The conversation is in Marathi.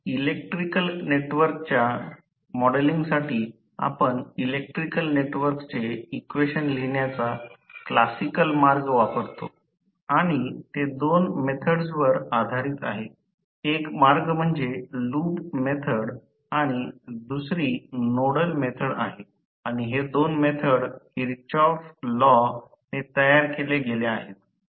आता इलेक्ट्रिकल नेटवर्कच्या मॉडेलिंगसाठी आपण इलेक्ट्रिकल नेटवर्कचे इक्वेशन लिहिण्याचा क्लासिकल मार्ग वापरतो आणि तो दोन मेथड्सवर आधारित आहे एक मार्ग म्हणजे लूप मेथड आणि दुसरी नोडल मेथड आहे आणि हे दोन मेथड किर्चंऑफ लॉ ने तयार केल्या गेल्या आहेत